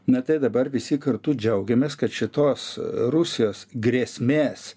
na tai dabar visi kartu džiaugiamės kad šitos rusijos grėsmės